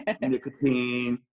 nicotine